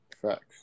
Facts